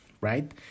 right